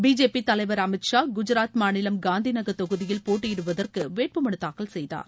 BJP தலைவர் அமித் ஷா குஜராத் மாநிலம் Gandhinagar தொகுதியில் போட்டியிடுவதற்கு வேட்பு மனு தாக்கல் செய்தார்